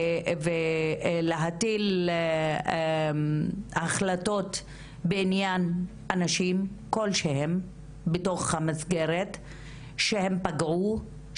ולהטיל החלטות בעניין אנשים כלשהם בתוך המסגרת - אנשים שפגעו,